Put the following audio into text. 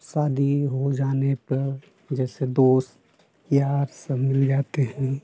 शादी हो जाने पर जैसे दोस्त यार सब मिल जाते हैं